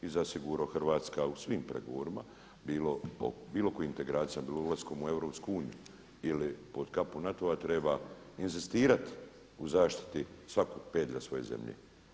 I zasigurno Hrvatska u svim pregovorima, bilo oko integracija, bilo ulaskom u EU ili pod kapu NATO-a treba inzistirat u zaštiti svakog pedlja svoje zemlje.